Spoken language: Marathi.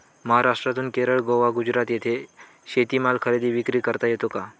महाराष्ट्रातून केरळ, गोवा, गुजरात येथे शेतीमाल खरेदी विक्री करता येतो का?